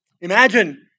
Imagine